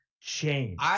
change